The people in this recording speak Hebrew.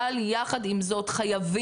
אבל יחד עם זאת חייבים,